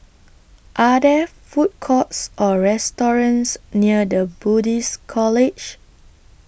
Are There Food Courts Or restaurants near The Buddhist College